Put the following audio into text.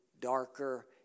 darker